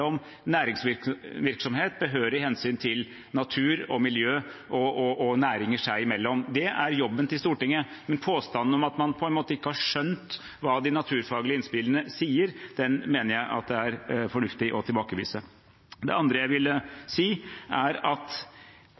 næringsvirksomhet, behørig hensyn til natur og miljø og næringer seg imellom. Det er jobben til Stortinget. Men påstanden om at man på en måte ikke har skjønt hva de naturfaglige innspillene sier, mener jeg at det er fornuftig å tilbakevise. Det andre jeg ville si, er at